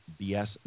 BS